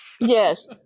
Yes